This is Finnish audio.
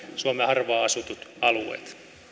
suomen harvaan asutut alueet